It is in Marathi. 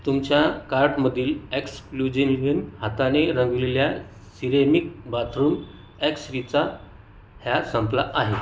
तुमच्या कार्टमधील एक्सक्लुझिव्हलेन हाताने रंगवलेल्या सिरेमिक बाथरूम ऍक्सेसरीचा ह्या संपला आहे